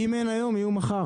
אם אין היום, יהיו מחר.